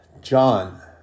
John